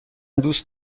دوست